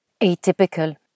Atypical